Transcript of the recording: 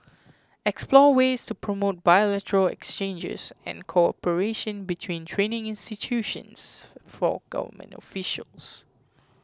explore ways to promote bilateral exchanges and cooperation between training institutions for government officials